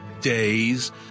days